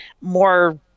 more